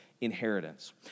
inheritance